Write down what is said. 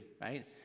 right